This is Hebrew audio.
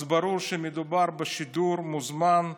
ברור שמדובר בשידור מוזמן,